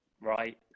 right